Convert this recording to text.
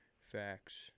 Facts